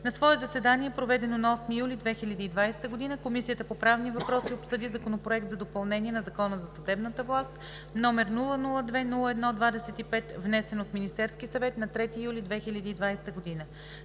На свое заседание, проведено на 8 юли 2020 г., Комисията по правни въпроси обсъди Законопроект за допълнение на Закона за съдебната власт, № 002-01-25, внесен от Министерския съвет на 3 юли 2020 г.